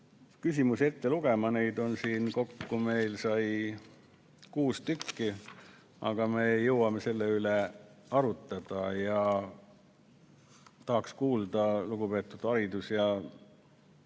küsimusi ette lugema, neid siin kokku sai meil kuus tükki. Aga me jõuame selle üle arutada. Tahaks kuulda lugupeetud haridus‑ ja